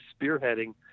spearheading